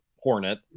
hornet